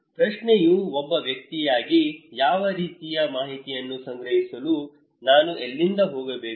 ಪ್ರಶ್ನೆಯು ಒಬ್ಬ ವ್ಯಕ್ತಿಯಾಗಿ ಯಾವ ರೀತಿಯ ಮಾಹಿತಿಯನ್ನು ಸಂಗ್ರಹಿಸಲು ನಾನು ಎಲ್ಲಿಂದ ಹೋಗಬೇಕು